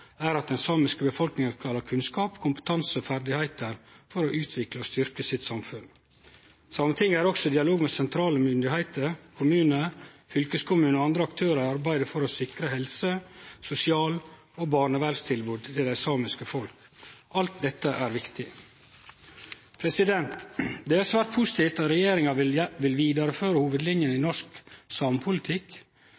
er at den samiske befolkninga skal ha kunnskap, kompetanse og ferdigheiter for å utvikle og styrkje samfunnet sitt. Sametinget er også i dialog med sentrale myndigheiter, kommunar, fylkeskommunar og andre aktørar i arbeidet for å sikre helse-, sosial- og barnevernstilbod til det samiske folket. Alt dette er viktig. Det er svært positivt at regjeringa vil vidareføre hovudlinjene i